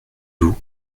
vous